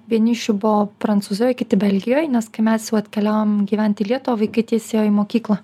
vieni iš jų buvo prancūzijoj kiti belgijoj nes kai mes jau atkeliavom gyvent į lietuvą vaikai tiesiai jau ėjo į mokyklą